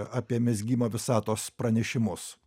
apie mezgimo visatos pranešimus